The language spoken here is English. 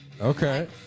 Okay